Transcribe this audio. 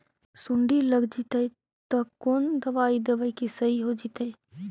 सुंडी लग जितै त कोन दबाइ देबै कि सही हो जितै?